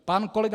Pan kolega